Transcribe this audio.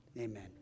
Amen